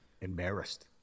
Embarrassed